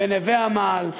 בנווה-עמל,